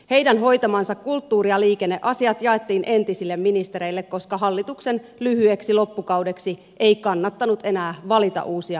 heidän hoitamansa kulttuuri ja liikenneasiat jaettiin entisille ministereille koska hallituksen lyhyeksi loppukaudeksi ei kannattanut enää valita uusia ministereitä